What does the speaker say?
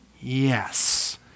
yes